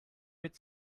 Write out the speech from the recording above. mit